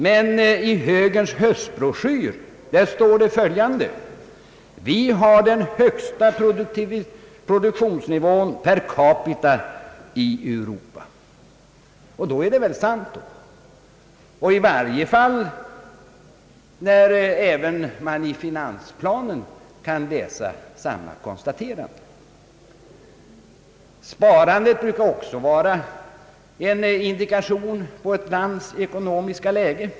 Men i högerns höstbroschyr står följande: »Vi har den högsta produktionsnivån per capita i Europa.» Då är det väl sant, i varje fall eftersom man i finansplannen kan läsa samma konstaterande. Sparandet brukar också vara en indikation på ett lands ekonomiska läge.